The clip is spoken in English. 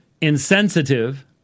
insensitive